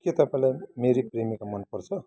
के तपाईँलाई मेरी प्रेमिका मन पर्छ